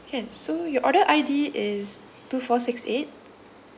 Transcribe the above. can so your order I_D is two four six eight